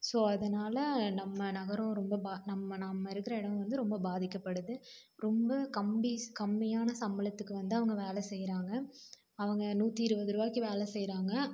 so அதனால் நம்ம நகரம் ரொம்ப பா நம்ம நம்ம இருக்கிற இடம் வந்து ரொம்ப பாதிக்கப்படுது ரொம்ப கம்பி கம்மியான சம்பளத்துக்கு வந்து அவங்க வேலை செய்யறாங்க அவங்க நூற்றி இருபது ரூவாய்க்கு வேலை செய்யறாங்க